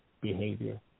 behavior